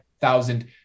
thousand